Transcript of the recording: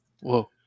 Whoa